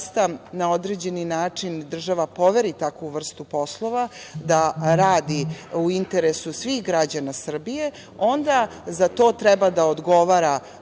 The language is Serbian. na određeni način država poveri takvu vrstu poslova da radi u interesu svih građana Srbije, onda za to treba da odgovara